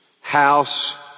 House